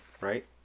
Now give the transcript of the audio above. right